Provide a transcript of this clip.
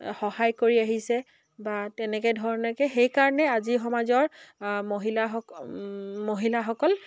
সহায় কৰি আহিছে বা তেনেকে ধৰণেকে সেইকাৰণে আজি সমাজৰ মহিলাসক মহিলাসকল